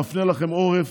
מפנה לכם עורף,